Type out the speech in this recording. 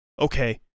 okay